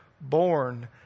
Born